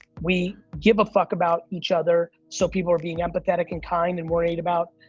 we give a fuck about each other, so people are being empathetic and kind, and worrying about,